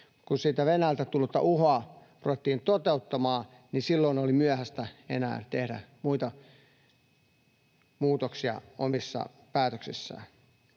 kun sitä Venäjältä tullutta uhoa ruvettiin toteuttamaan, niin silloin oli myöhäistä enää tehdä muita muutoksia omissa päätöksissä.